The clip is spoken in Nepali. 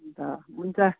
अन्त हुन्छ